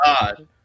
god